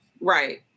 right